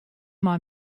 mei